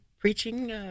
preaching –